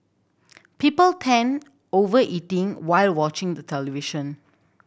people tend over eatting while watching the television